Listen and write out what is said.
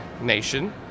nation